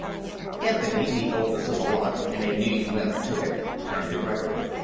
anthony the oldest of the lot, in a knee-length tunic turned to gregory.